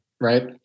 right